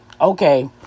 Okay